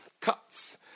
cuts